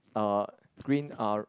uh green uh